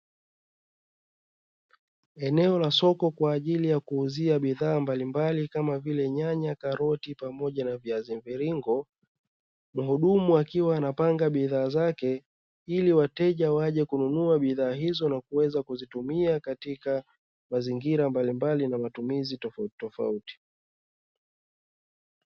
Eneo la soko kwaajili ya kuuzia bidhaa mbalimbali kama vile nyanay, kati pamoja na viazi mviringo. Muhudumu akiwa anapanga bidhaa zake ili wateja waje kununua bidhaa hizo na kuweza kuzitumia katika mazingira mbalimbali na matumizi tofauti tofauti.